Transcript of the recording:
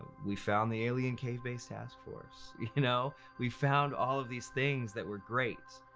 we found the alien cave base task force. you know? we found all of these things that were great.